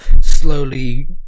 slowly